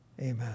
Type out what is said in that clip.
Amen